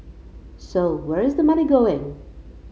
so where is the money going